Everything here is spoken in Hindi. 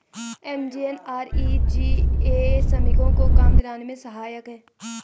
एम.जी.एन.आर.ई.जी.ए श्रमिकों को काम दिलाने में सहायक है